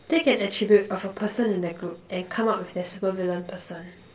take an attribute of a person in the group and come up with their super villain person